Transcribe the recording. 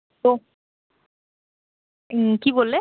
হুম কী বললে